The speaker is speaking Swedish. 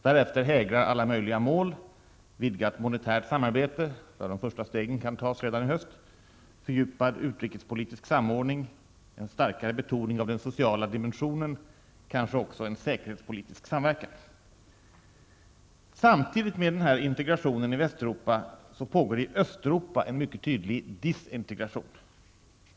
Därefter hägrar alla möjliga mål: vidgat monetärt samarbete -- där de första stegen kan tas redan i höst --, fördjupad utrikespolitisk samordning, en starkare betoning av den sociala dimensionen, kanske också en säkerhetspolitisk samverkan. Samtidigt med denna integration i Västeuropa pågår i Östeuropa en mycket tydlig disintegration.